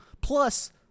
Plus